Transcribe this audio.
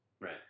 Right